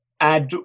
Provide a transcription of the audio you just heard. add